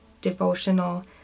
devotional